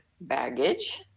baggage